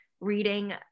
reading